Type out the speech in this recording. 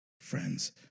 Friends